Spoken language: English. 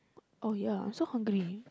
oh ya so hungry